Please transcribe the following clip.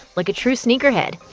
like a true sneakerhead.